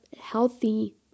healthy